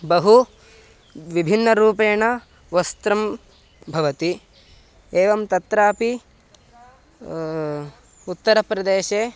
बहु विभिन्नरूपेण वस्त्रं भवति एवं तत्रापि उत्तरप्रदेशे